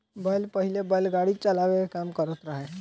बैल पहिले बैलगाड़ी चलावे के काम करत रहे